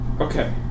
Okay